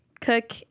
cook